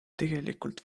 tegelikult